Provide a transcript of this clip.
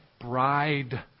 bride